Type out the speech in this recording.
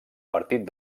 partit